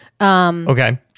Okay